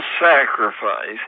sacrifice